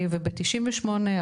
בשנת 1998,